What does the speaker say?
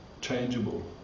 changeable